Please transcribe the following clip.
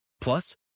Plus